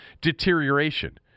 deterioration